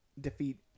defeat